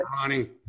Ronnie